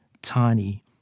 tiny